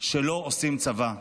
שלא עושים צבא,